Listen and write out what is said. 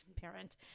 parent